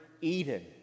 eden